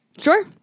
Sure